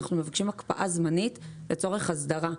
אנחנו מבקשים הקפאה זמנית לצורך הסדרה.